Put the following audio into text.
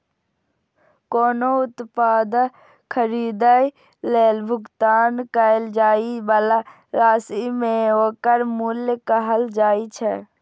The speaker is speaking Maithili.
कोनो उत्पाद खरीदै लेल भुगतान कैल जाइ बला राशि कें ओकर मूल्य कहल जाइ छै